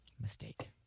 Mistake